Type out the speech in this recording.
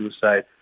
suicide